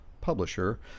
publisher